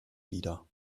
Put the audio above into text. wieder